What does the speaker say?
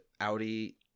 Audi